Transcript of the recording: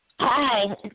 Hi